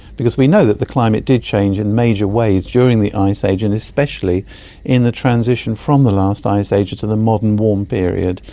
because we know that the climate did change in major ways during the ice age, and especially in the transition from the last ice age to the modern warm period.